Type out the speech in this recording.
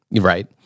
right